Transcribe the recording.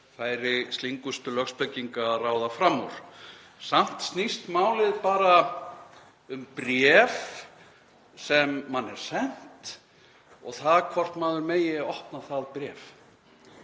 á færi slyngustu lögspekinga að ráða fram úr. Samt snýst málið bara um bréf sem manni er sent og það hvort maður megi opna það bréf.